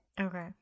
Okay